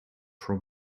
from